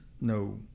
no